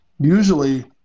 usually